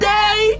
day